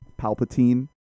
Palpatine